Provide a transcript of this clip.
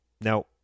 Now